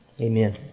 Amen